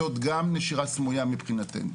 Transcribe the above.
זו גם נשירה סמויה מבחינתנו.